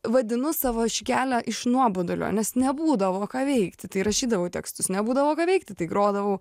vadinu savo šį kelią iš nuobodulio nes nebūdavo ką veikti tai rašydavau tekstus nebūdavo ką veikti tai grodavau